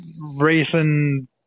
racing